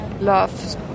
love